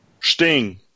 Sting